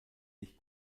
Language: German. sich